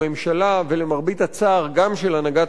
ולמרבה הצער גם של הנהגת ההסתדרות,